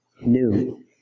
new